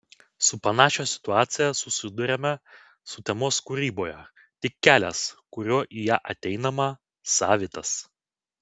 su panašia situacija susiduriame sutemos kūryboje tik kelias kuriuo į ją ateinama savitas